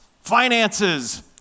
finances